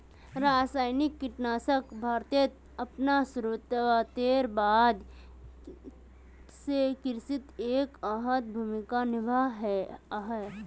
रासायनिक कीटनाशक भारतोत अपना शुरुआतेर बाद से कृषित एक अहम भूमिका निभा हा